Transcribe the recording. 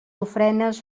ofrenes